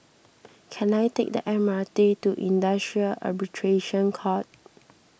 can I take the M R T to Industrial Arbitration Court